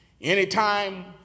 Anytime